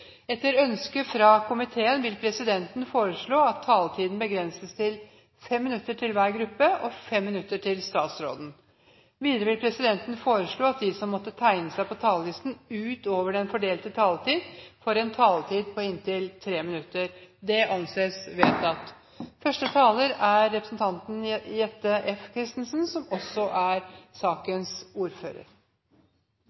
Etter ønske fra kontroll- og konstitusjonskomiteen vil presidenten foreslå at taletiden begrenses til 5 minutter til hver gruppe og 5 minutter til statsråden. Videre vil presidenten foreslå at de som måtte tegne seg på talerlisten utover den fordelte taletid, får en taletid på inntil 3 minutter. – Dette anses vedtatt. Sivilombudsmannen er også viktig, fordi det er en institusjon som